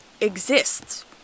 exists